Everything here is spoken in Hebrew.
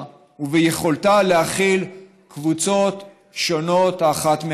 וביכולתה להכיל קבוצות שונות אחת מהשנייה.